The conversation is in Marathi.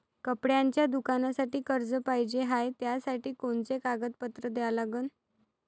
कपड्याच्या दुकानासाठी कर्ज पाहिजे हाय, त्यासाठी कोनचे कागदपत्र द्या लागन?